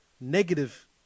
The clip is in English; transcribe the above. negative